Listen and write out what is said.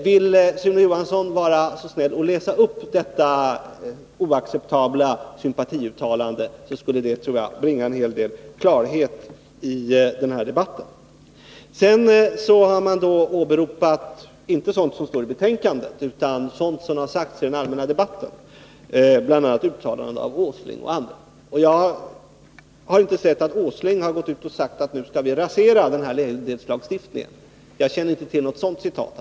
Vill Sune Johansson vara snäll och läsa upp detta oacceptabla sympatiuttalande? Det skulle nog bringa en hel del klarhet i denna debatt. Sune Johansson åberopar inte sådant som står i betänkandet, utan sådant som har sagts i den allmänna debatten, bl.a. uttalanden av industriminister Åsling. Jag har inte sett att Nils Åsling har sagt att vi skall rasera ledighetslagstiftningen. Jag känner inte till något sådant citat.